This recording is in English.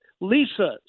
Lisa